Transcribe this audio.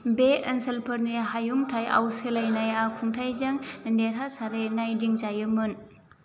बे ओनसोलफोरनि हायुंथाइयाव सोलायनाया खुंथायजों देरहासारै नायदिंजायोमोन